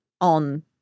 on